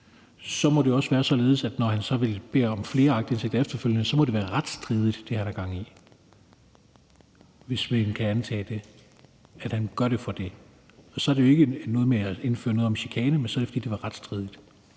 så må det også være således, at når han så beder om flere aktindsigter efterfølgende, må det, han har gang i, være retsstridigt – altså hvis vi kan antage, at han gør det for det. For så er det jo ikke noget med at indføre noget om chikane, men så er det, fordi det var retsstridigt.